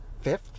fifth